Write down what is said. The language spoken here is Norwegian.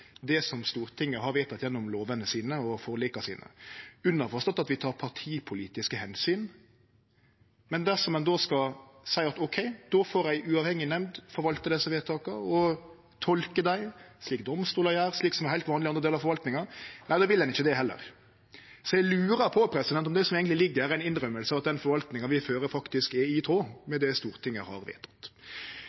det som Stortinget har vedteke gjennom lovene sine og forlika sine, underforstått at vi tek partipolitiske omsyn. Men dersom ein seier at då får ei uavhengig nemnd forvalte desse vedtaka og tolke dei, slik domstolar gjer, noko som er heilt vanleg i andre delar av forvaltinga, nei, då vil ein ikkje det heller. Så eg lurer på om det som eigentleg ligg her, er ei innrømming av at den forvaltinga vi fører, faktisk er i tråd med det Stortinget har